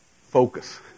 focus